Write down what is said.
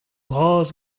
bras